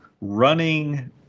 running